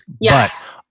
Yes